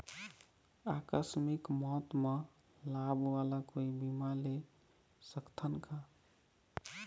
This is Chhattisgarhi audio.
आकस मिक मौत म लाभ वाला कोई बीमा ले सकथन का?